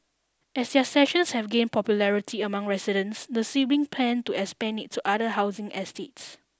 as their sessions have gained popularity among residents the sibling plan to expand it to other housing estates